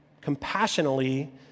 compassionately